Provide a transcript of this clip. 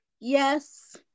yes